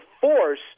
force